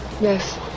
Yes